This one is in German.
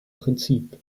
prinzip